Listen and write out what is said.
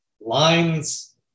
lines